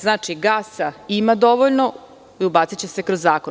Znači, gasa ima dovoljno i ubaciće se kroz zakon.